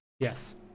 Yes